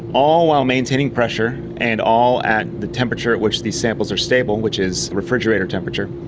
all while maintaining pressure and all at the temperature at which these samples are stable, which is refrigerator temperature.